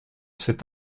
cet